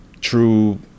true